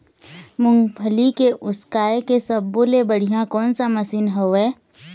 मूंगफली के उसकाय के सब्बो ले बढ़िया कोन सा मशीन हेवय?